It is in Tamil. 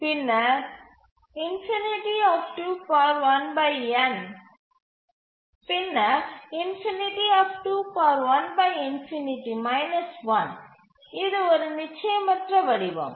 பின்னர் இது ஒரு நிச்சயமற்ற வடிவம்